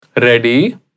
Ready